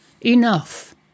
Enough